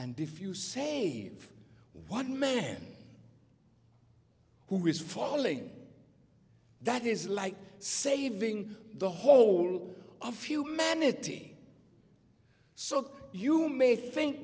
and if you save one man who is falling that is like saving the whole of humanity so you may think